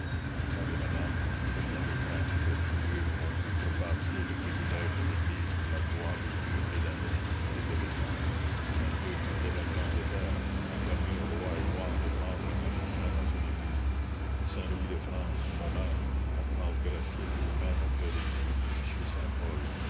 vous savez madame que bien des princes très pieux ont outrepassé le privilège des églises pour la gloire de dieu et la nécessité de l'état saint hugues évêque d'angleterre a permis au roi édouard de prendre un magicien dans son église saint louis de france mon maître a transgressé pour le même objet l'église de monsieur